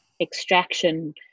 extraction